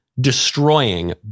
destroying